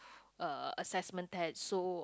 uh assessment test so